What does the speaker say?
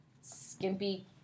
skimpy